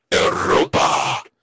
Europa